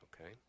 Okay